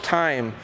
time